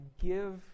give